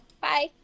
bye